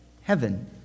Heaven